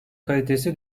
kalitesi